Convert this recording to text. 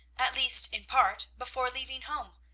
at least in part, before leaving home,